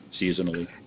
seasonally